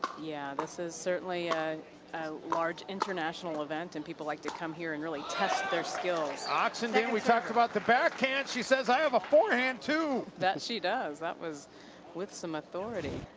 yeah this is certainly a large international event. and people like to come here and really test their skills. oxenden, we talked about the backhand. she says, i have a forehand too. that she does. that was with some authority.